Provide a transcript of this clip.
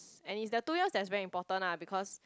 and it's the two years that's very important ah because